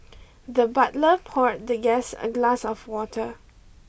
the butler poured the guest a glass of water